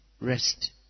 rest